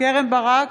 קרן ברק,